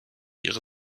ihre